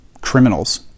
criminals